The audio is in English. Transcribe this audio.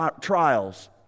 trials